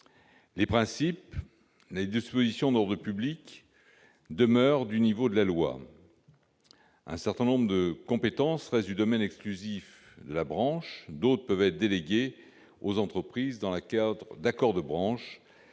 Les principes, les dispositions d'ordre public demeurent du niveau de la loi. Un certain nombre de compétences restent du domaine exclusif de la branche, d'autres peuvent être déléguées aux entreprises dans le cadre d'accords de branche